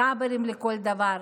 צברים לכל דבר.